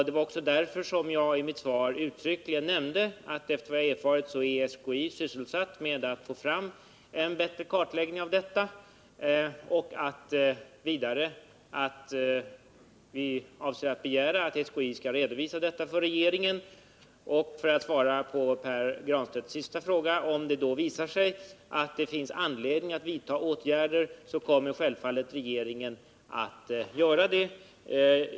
Det var också därför som jag i mitt svar uttryckligen nämnde att efter vad jag erfarit är SKI sysselsatt med att få fram en bättre kartläggning, och vi avser begära att SKI skall redovisa resultatet för regeringen. För att svara på Pär Granstedts sista fråga vill jag också nämna att om det då visar sig att det finns anledning att vidta åtgärder kommer regeringen självfallet att göra det.